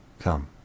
Come